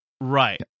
right